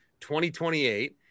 2028